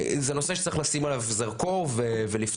זה נושא שצריך לשים עליו זרקור ולפתור,